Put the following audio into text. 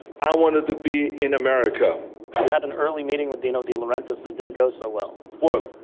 i wanted to be in america. you had an early meeting with dino de laurentiis and it didn't go so well? well,